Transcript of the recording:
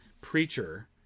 Preacher